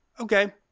Okay